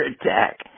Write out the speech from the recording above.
attack